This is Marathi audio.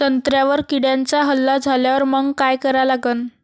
संत्र्यावर किड्यांचा हल्ला झाल्यावर मंग काय करा लागन?